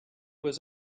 was